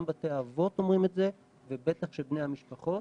גם בתי האבות אומרים את זה ובטח שבני המשפחות.